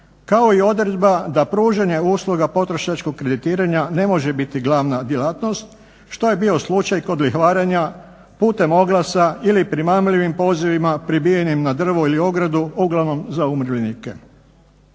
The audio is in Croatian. kao i odredba da pružanje usluga potrošačkog kreditiranja ne može biti glavna djelatnost što je bio slučaj kod lihvarenja putem oglasa ili primamljivim pozivima pribijenim na drvo ili ogradu, uglavnom za umirovljenike.